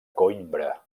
coïmbra